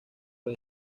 los